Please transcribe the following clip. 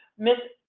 ms.